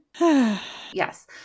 yes